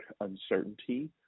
uncertainty